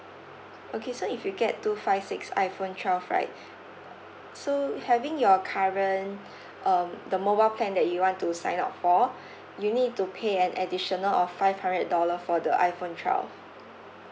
okay so if you get two five six iPhone twelve right so having your current um the mobile plan that you want to sign up for you need to pay an additional of five hundred dollar for the iPhone twelve